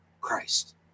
Christ